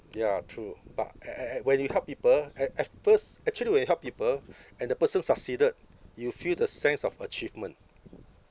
ya true but eh eh eh when you help people at at first actually when you help people and the person succeeded you feel the sense of achievement